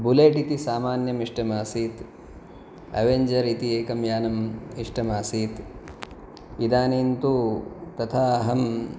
bullet इति सामान्यम् इष्टमासीत् अवेञ्जर् इति एकं यानमिष्टमासीत् इदानीन्तु तथा अहम्